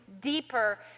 deeper